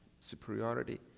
superiority